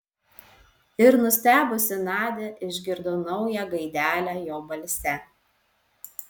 ir nustebusi nadia išgirdo naują gaidelę jo balse